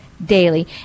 daily